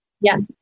Yes